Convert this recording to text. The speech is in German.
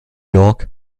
york